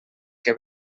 que